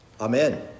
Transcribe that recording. Amen